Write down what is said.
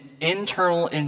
internal